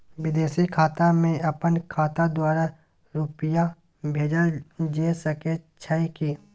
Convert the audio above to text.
विदेशी खाता में अपन खाता द्वारा रुपिया भेजल जे सके छै की?